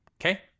Okay